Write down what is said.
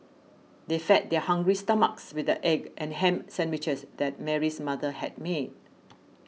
they fed their hungry stomachs with the egg and ham sandwiches that Mary's mother had made